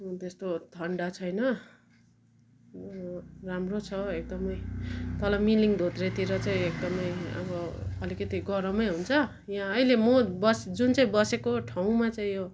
त्यस्तो ठन्डा छैन राम्रो छ एकदमै तल मिलिङ धोद्रेतिर चाहिँ एकदमै अब अलिकिति गरमै हुन्छ यहाँ अहिले म बस जुन चाहिँ बसेको ठाउँमा चाहिँ यो